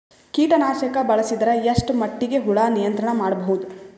ಕೀಟನಾಶಕ ಬಳಸಿದರ ಎಷ್ಟ ಮಟ್ಟಿಗೆ ಹುಳ ನಿಯಂತ್ರಣ ಮಾಡಬಹುದು?